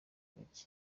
bake